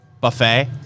buffet